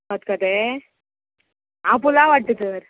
खतखतें हांव पुलाव हाडटा तर